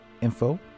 info